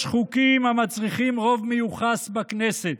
יש חוקים המצריכים רוב מיוחס בכנסת.